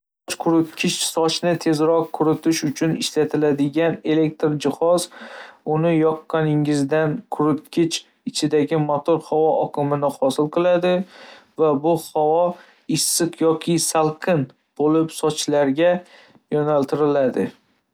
quritgich sochni tezroq quritish uchun ishlatiladigan elektr jihoz. Uni yoqqaningizda, quritgich ichidagi motor havo oqimini hosil qiladi va bu havo issiq yoki salqin bo'lib, sochlarga yo'naltiriladi.